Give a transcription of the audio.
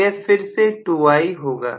तो यह फिर से 2I होगा